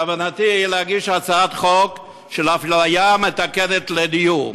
בכוונתי להגיש הצעת חוק של אפליה מתקנת לדיור,